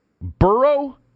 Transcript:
Burrow